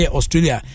Australia